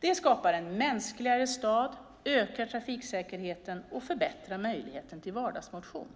Det skapar en mänskligare stad, ökar trafiksäkerheten och förbättrar möjligheten till vardagsmotion.